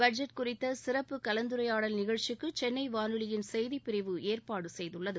budget குறித்த சிறப்பு கலந்துரையாடல் நிகழ்ச்சிக்கு சென்னை வானொலியின் செய்திப் பிரிவு ஏற்பாடு செய்துள்ளது